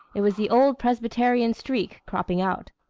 it was the old presbyterian streak cropping out.